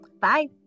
Bye